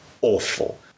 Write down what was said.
awful